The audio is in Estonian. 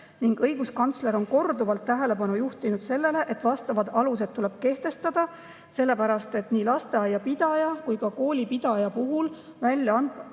õiguskantsler on korduvalt tähelepanu juhtinud sellele, et vastavad alused tuleb kehtestada, sellepärast et nii lasteaiapidaja kui ka koolipidaja puhul välja töötatud